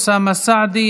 אוסאמה סעדי,